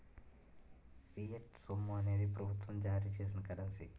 fiat సొమ్ము అనేది ప్రభుత్వం జారీ చేసిన కరెన్సీ